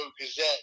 gazette